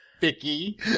Vicky